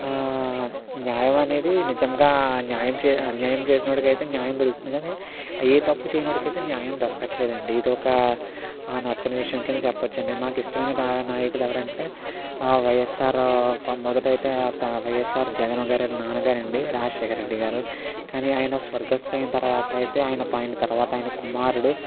న్యాయం అనేది నిజంగా న్యాయం చే అన్యాయం చేసిన వాడికి అయితే న్యాయం దొరుకుతుంది కానీ ఏ తప్పు చేయన వాడికి అయితే న్యాయం దొరకట్లేదు అండి ఇది ఒక నచ్చని విషయం కింద చెప్పవచ్చండి నాకు ఇష్టమైన రాజకీయ నాయకులు ఎవరు అంటే ఆ వైఎస్ఆర్ మొదట అయితే వైఎస్ఆర్ జగన్ గారు నాన్నగారు అండి రాజశేఖర్ రెడ్డి గారు కానీ ఆయన స్వర్గస్తులైన తర్వాత అయితే ఆయన పైన తర్వాత ఆయన కుమారుడు